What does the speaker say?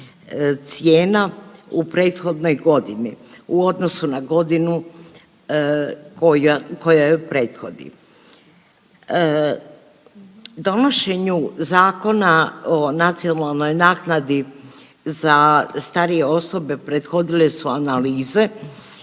cijena u prethodnoj godini u odnosu na godinu koja, koja joj prethodi. Donošenju Zakona o nacionalnoj naknadi za starije osobe prethodile su analize